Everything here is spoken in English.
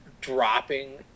dropping